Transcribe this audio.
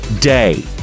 day